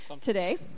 today